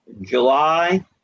july